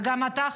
וגם אתה,